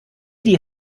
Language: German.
die